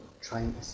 trying